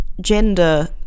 gender